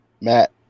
Matt